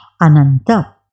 ananta